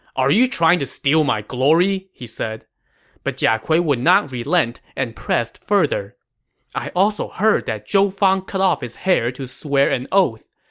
are you trying to steal my glory! he said but jia kui would not relent and pressed further i also heard that zhou fang cut off his hair to swear and oath.